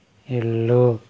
ఇల్లు